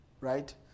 Right